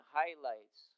highlights